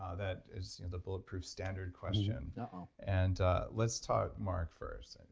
ah that is the bulletproof standard question and ah let's talk mark first.